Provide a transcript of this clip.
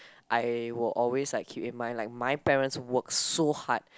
I will always like keep in mind like my parents work so hard